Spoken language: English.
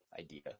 idea